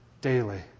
daily